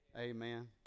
Amen